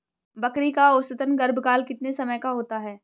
बकरी का औसतन गर्भकाल कितने समय का होता है?